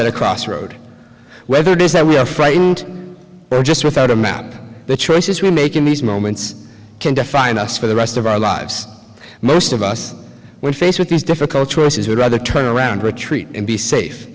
ourselves at a crossroad whether it is that we are frightened or just without a map the choices we make in these moments can define us for the rest of our lives most of us when faced with these difficult choices would rather turn around retreat and be safe